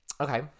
okay